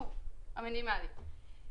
שוב, המינימלי.